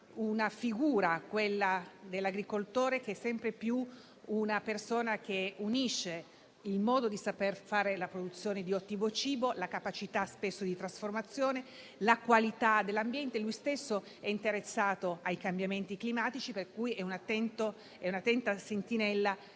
una figura come quella dell'agricoltore, che è sempre più una persona che unisce il saper fare nella produzione di ottimo cibo alla capacità di trasformazione e alla qualità dell'ambiente ed essendo egli stesso interessato ai cambiamenti climatici, è un'attenta sentinella